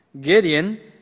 Gideon